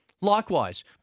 likewise